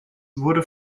wurde